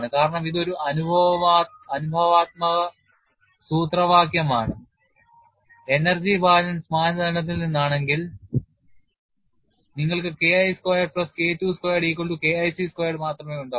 കാരണം ഇത് ഒരു അനുഭവാത്മക സൂത്രവാക്യമാണ്എനർജി ബാലൻസ് മാനദണ്ഡത്തിൽ നിന്നാണെങ്കിൽ നിങ്ങൾക്ക് K I squared plus K II squared equal to K IC squared മാത്രമേ ഉണ്ടാകൂ